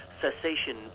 cessation